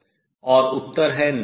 और उत्तर है नहीं